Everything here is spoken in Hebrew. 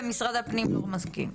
ומשרד הפנים לא מסכים?